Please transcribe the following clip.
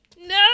no